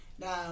Now